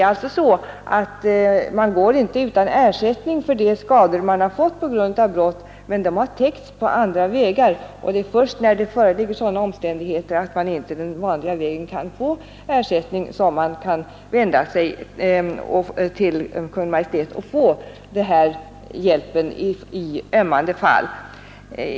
Man blir alltså inte utan ersättning för de skador man har fått på grund av brott, men ersättningen har kommit från andra håll. Det är först när det föreligger sådana omständigheter att man inte den vanliga vägen kan få ersättning som man vänder sig till Kungl. Maj:t och — i ömmande fall — får den här hjälpen.